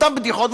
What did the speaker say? אותן בדיחות,